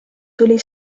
tuli